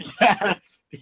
Yes